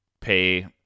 pay